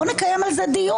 בוא נקיים על זה דיון,